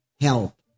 help